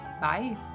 bye